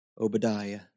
Obadiah